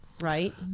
Right